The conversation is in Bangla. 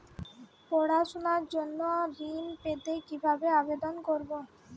পড়াশুনা জন্য ঋণ পেতে কিভাবে আবেদন করব?